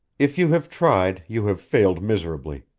if you have tried, you have failed miserably.